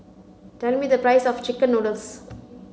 tell me the price of chicken noodles